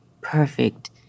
perfect